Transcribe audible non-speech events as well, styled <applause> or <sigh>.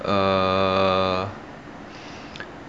err <breath>